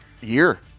year